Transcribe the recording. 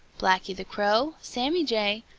blacky the crow, sammy jay,